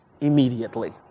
immediately